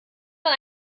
man